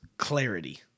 Clarity